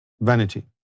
vanity